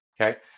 okay